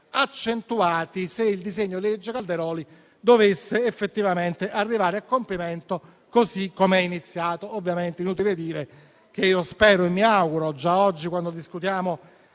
accentuati se il disegno legge Calderoli dovesse effettivamente arrivare a compimento così come è iniziato. Ovviamente, è inutile dire che spero e mi auguro che già oggi, discutendo